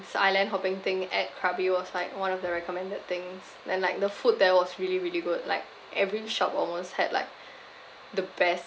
this island hopping thing at krabi was like one of the recommended things then like the food there was really really good like every shop almost had like the best